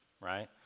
Right